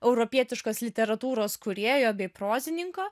europietiškos literatūros kūrėjo bei prozininko